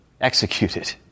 executed